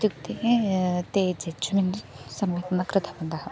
इत्युक्ते ते जज्मेन्ट् सम्यक् न कृतवन्तः